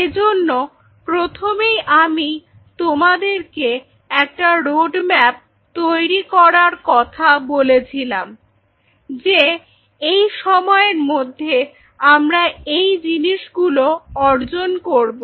এজন্য প্রথমেই আমি তোমাদেরকে একটা রোডম্যাপ তৈরি করার কথা বলেছিলাম যে এই সময়ের মধ্যে আমরা এই জিনিসগুলো অর্জন করব